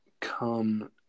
come